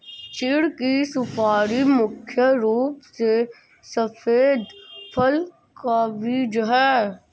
चीढ़ की सुपारी मुख्य रूप से सफेद फल का बीज है